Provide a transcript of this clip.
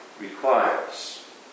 requires